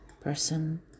person